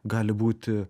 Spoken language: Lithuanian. gali būti